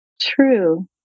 true